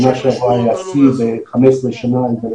בשנה שעברה היה שיא ב-15 שנה, הגיעו